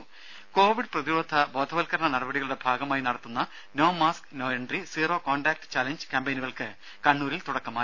രുമ കോവിഡ് പ്രതിരോധ ബോധവത്ക്കരണ നടപടികളുടെ ഭാഗമായി നടത്തുന്ന no mask no entry zero contact challenge ക്യാംപയിനുകൾക്ക് കണ്ണൂരിൽ തുടക്കമായി